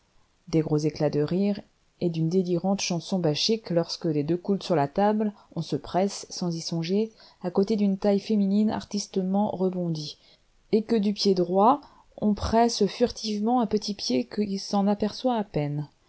des gros éclats de rire et d'une délirante chanson bachique lorsque les deux coudes sur la table on se presse sans y songer à côté d'une taille féminine artistement rebondie et que du pied droit on presse furtivement un petit pied qui s'en aperçoit à peine